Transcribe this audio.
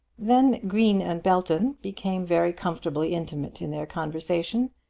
then green and belton became very comfortably intimate in their conversation,